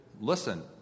Listen